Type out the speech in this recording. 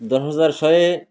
ଦଶ ହଜାର ଶହେ